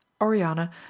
Oriana